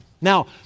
Now